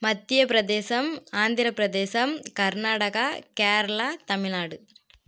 Madhya Pradesh Andhra Pradesh Karnataka Kerala Tamil Nadu